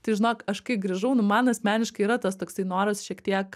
tai žinok aš kai grįžau nu man asmeniškai yra tas toksai noras šiek tiek